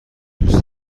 دوست